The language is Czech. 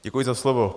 Děkuji za slovo.